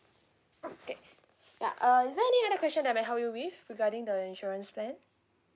okay yeah uh is there any other question that I may help you with regarding the insurance plan